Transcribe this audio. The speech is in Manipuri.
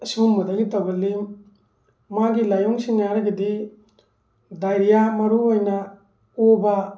ꯑꯁꯤꯒꯨꯝꯕꯗꯒꯤ ꯇꯧꯒꯜꯂꯤ ꯃꯥꯒꯤ ꯂꯥꯏꯑꯣꯡꯁꯤꯡ ꯍꯥꯏꯔꯒꯗꯤ ꯗꯥꯏꯔꯤꯌꯥ ꯃꯔꯨꯑꯣꯏꯅ ꯑꯣꯕ